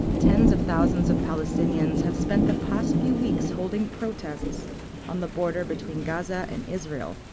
tens of thousands of palestinians have spent the past few weeks holding protests on the border between gaza and israel,